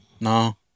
no